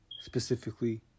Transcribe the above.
specifically